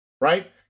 right